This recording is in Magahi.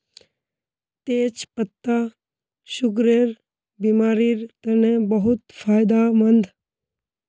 तेच पत्ता सुगरेर बिमारिर तने बहुत फायदामंद